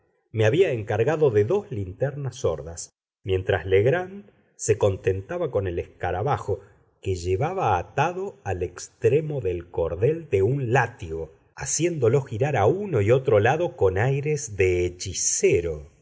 me había encargado de dos linternas sordas mientras legrand se contentaba con el escarabajo que llevaba atado al extremo del cordel de un látigo haciéndolo girar a uno y otro lado con aires de hechicero